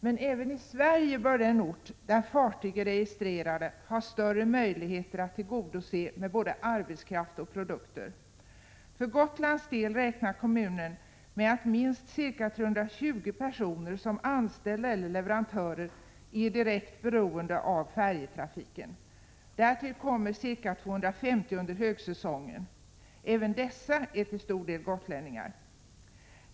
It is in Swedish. Men även i Sverige bör den ort där fartyg är registrerade ha större möjligheter än andra orter att tillgodose fartygen med både arbetskraft och produkter. För | Gotlands del räknar kommunen med att minst ca 320 personer som anställda | eller leverantörer är direkt beroende av färjetrafiken. Därtill kommer ca 250 personer under högsäsongen. Även dessa är till stor del gotlänningar.